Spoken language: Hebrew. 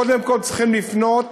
קודם כול צריכים לפנות